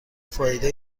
فایده